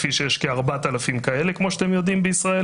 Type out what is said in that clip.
שיש כ-4,000 כאלה כמו שאתם יודעים בישראל,